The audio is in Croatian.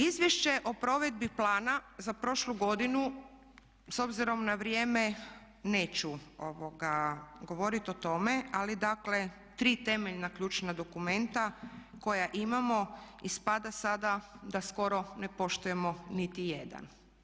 Izvješće o provedbi plana za prošlu godinu s obzirom na vrijeme neću govoriti o tome ali dakle tri temeljna ključna dokumenta koja imamo, ispada sada da skoro ne poštujemo niti jedan.